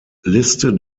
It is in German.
liste